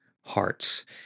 hearts